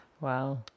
Wow